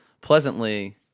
pleasantly